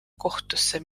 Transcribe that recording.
kohtusse